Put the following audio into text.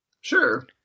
Sure